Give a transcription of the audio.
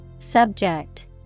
Subject